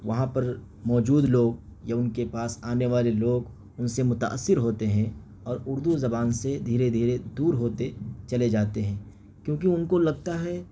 وہاں پر موجود لوگ یا ان کے پاس آنے والے لوگ ان سے متاثر ہوتے ہیں اور اردو زبان سے دھیرے دھیرے دور ہوتے چلے جاتے ہیں کیونکہ ان کو لگتا ہے